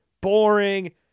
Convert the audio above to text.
boring